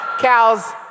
Cows